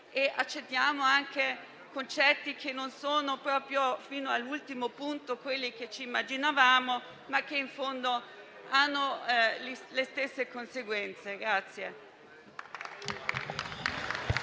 accettando anche concetti che non sono proprio fino all'ultimo quelli che ci immaginavamo, ma che in fondo hanno le stesse conseguenze.